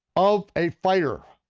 of a fighter.